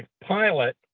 pilot